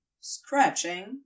scratching